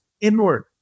inward